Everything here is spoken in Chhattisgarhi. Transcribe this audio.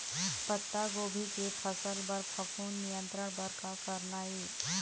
पत्तागोभी के फसल म फफूंद नियंत्रण बर का करना ये?